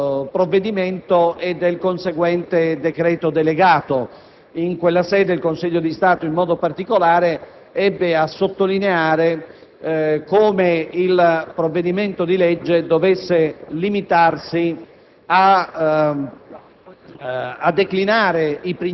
trascorsa legislatura di un analogo provvedimento e del conseguente decreto delegato. In quella sede il Consiglio di Stato, in modo particolare, ebbe a sottolineare come il provvedimento di legge dovesse limitarsi